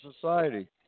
society